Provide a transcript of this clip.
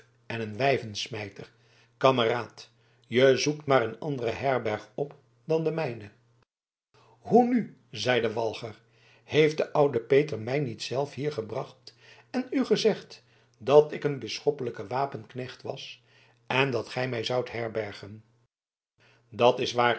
en een wijvesmijter kameraad je zoekt maar een andere herberg op dan de mijne hoe nu zeide walger heeft de oude peter mij niet zelf hier gebracht en u gezegd dat ik een bisschoppelijke wapenknecht was en dat gij mij zoudt herbergen dat is waar